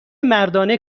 مردانه